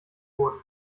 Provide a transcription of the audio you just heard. wurden